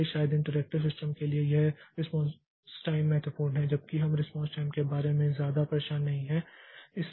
इसलिए शायद interactive system के लिए यह रिस्पांस टाइम महत्वपूर्ण है जबकि हम रिस्पॉन्स टाइम के बारे में ज्यादा परेशान नहीं हैं